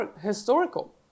historical